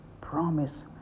promise